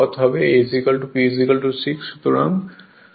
সুতরাং Z 410 দেওয়া হয়েছে